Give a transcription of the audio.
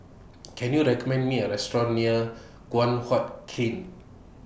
Can YOU recommend Me A Restaurant near Guan Huat Kiln